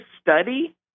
study